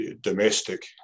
domestic